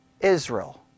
Israel